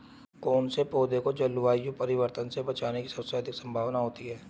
कौन से पौधे को जलवायु परिवर्तन से बचने की सबसे अधिक संभावना होती है?